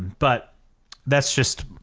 but that's just,